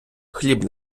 хліб